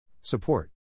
support